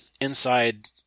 inside